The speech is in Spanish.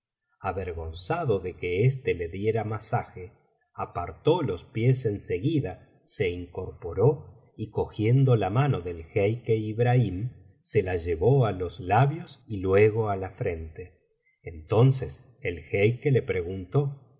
avergonzado de que éste le diera masaje apartó los pies en seguida se incorporó y cogiendo la mano del jeique ibrahim se la llevó á los labios y luego á la frente entonces el jeique le preguntó de